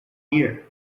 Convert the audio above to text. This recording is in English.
year